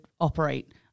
Operate